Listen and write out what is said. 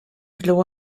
blå